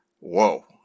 whoa